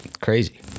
crazy